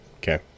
Okay